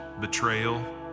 betrayal